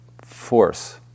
force